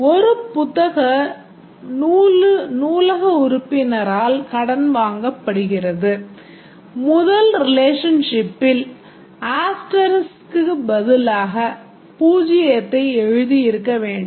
ஒரு புத்தகம் நூலக உறுப்பினரால் கடன் வாங்கப்படுகிறது முதல் ரிலேஷன்ஷிப்பில் க்கு பதிலாக 0 ஐ எழுதியிருக்க வேண்டும்